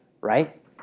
Right